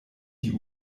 die